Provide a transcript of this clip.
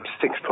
six